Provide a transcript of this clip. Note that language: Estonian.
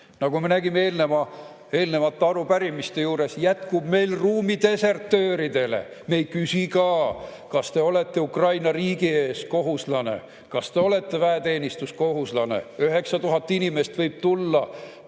Nagu me nägime eelnevate arupärimiste juures, jätkub meil ruumi desertööridele. Me ei küsi ka, kas te olete Ukraina riigi ees kohuslane, kas te olete väeteenistuskohuslane. 9000 inimest võib tulla,